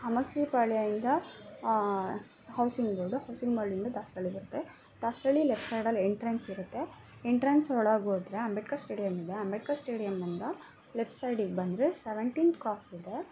ಕಾಮಾಕ್ಷಿಪಾಳ್ಯದಿಂದ housing board housing ಬೋಲ್ಡಿಂದ ದಾಸರಳ್ಳಿ ಬರುತ್ತೆ Dasarahalli left ಸೈಡಲ್ಲಿ ಎಂಟ್ರೆನ್ಸ್ ಇರುತ್ತೆ ಎಂಟ್ರೆನ್ಸ್ ಒಳಗೋದ್ರೆ ಅಂಬೇಡ್ಕರ್ ಸ್ಟೇಡಿಯಮ್ ಇದೆ ಅಂಬೇಡ್ಕರ್ ಸ್ಟೇಡಿಮ್ನಿಂದ ಲೆಫ್ಟ್ ಸೈಡಿಗೆ ಬಂದರೆ ಸೆವೆಂಟೀನ್ತ್ ಕ್ರಾಸ್ ಇದೆ